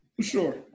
Sure